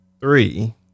three